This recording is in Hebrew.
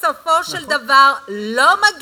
פתרונות שלא ידברו על פירוק ולא ידברו על